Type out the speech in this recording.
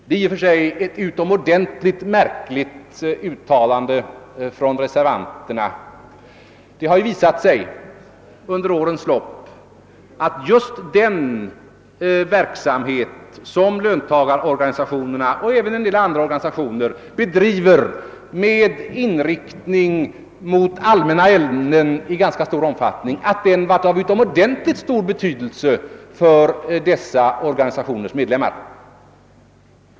Det är i och för sig ett utomordentligt märkligt uttalande av reservanterna. Det har ju under årens lopp visat sig att just den verksamhet med inriktning på allmänna ämnen som löntagarorganisationerna och även vissa andra organisationer i ganska stor omfattning bedriver varit av utomordentligt stor betydelse för dessa organisationers medlemmar.